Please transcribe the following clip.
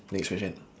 next question